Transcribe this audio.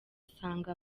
asanga